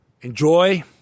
Enjoy